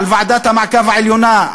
על ועדת המעקב העליונה,